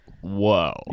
Whoa